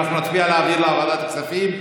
אנחנו נצביע להעביר לוועדת הכספים.